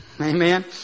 Amen